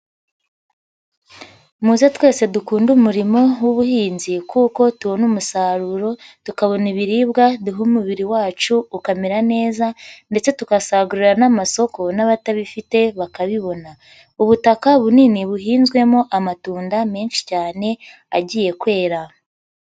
Muze twese dukunde umurimo w'ubuhinzi kuko tubona umusaruro, tukabona ibiribwa duha umubiri wacu ukamera neza ndetse tugasagurira n'amasoko n'abatabifite bakabibona. Ubutaka bunini buhinzwemo amatunda menshi cyane agiye kwera.